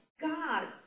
God